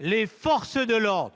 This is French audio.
les forces de l'ordre